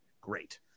Great